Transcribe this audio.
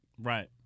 Right